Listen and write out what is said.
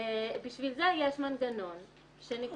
בשביל זה יש מנגנון שנקבע לאחרונה.